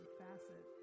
facet